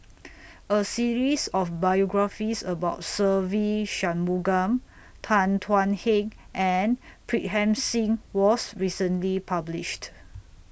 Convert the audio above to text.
A series of biographies about Se Ve Shanmugam Tan Thuan Heng and Pritam Singh was recently published